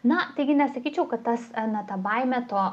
na taigi nesakyčiau kad tas ar net ta baimė to